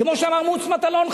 כמו שאמר מוץ מטלון,